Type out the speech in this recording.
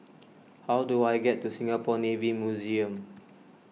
how do I get to Singapore Navy Museum